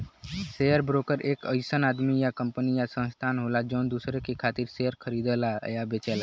share broker एक अइसन आदमी या कंपनी या संस्थान होला जौन दूसरे के खातिर शेयर खरीदला या बेचला